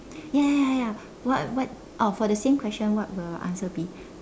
ya ya ya what but oh for the same question what will the answer be